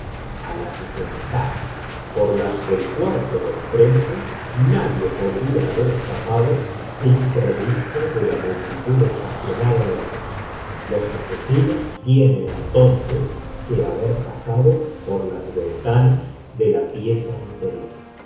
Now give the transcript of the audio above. a las ventanas por las del cuarto del frente nadie podría haber escapado sin ser visto de la multitud estacionada en la calle los asesinos tienen entonces que haber pasado por las ventanas de la pieza interior